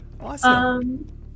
Awesome